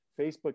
Facebook